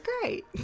great